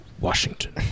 Washington